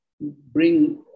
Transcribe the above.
bring